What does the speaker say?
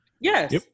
Yes